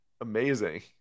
amazing